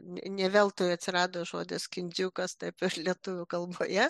ne veltui atsirado žodis kindziukas taip ir lietuvių kalboje